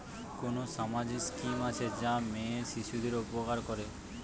কোন সামাজিক স্কিম আছে যা মেয়ে শিশুদের উপকার করে?